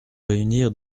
réunir